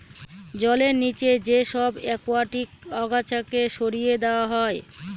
জলের নিচে যে সব একুয়াটিক আগাছাকে সরিয়ে দেওয়া হয়